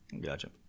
gotcha